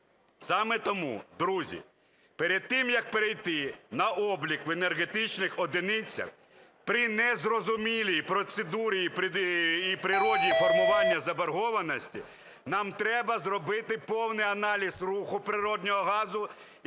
Саме тому, друзі, перед тим як перейти на облік в енергетичних одиницях при незрозумілій процедурі і природі формування заборгованості нам треба зробити повний аналіз руху природного газу